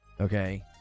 okay